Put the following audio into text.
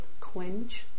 Quench